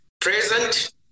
present